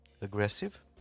aggressive